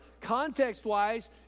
context-wise